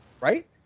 Right